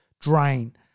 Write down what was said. drain